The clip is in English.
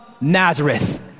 Nazareth